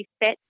fit